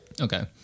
okay